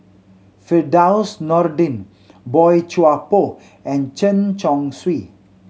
Firdaus Nordin Boey Chuan Poh and Chen Chong Swee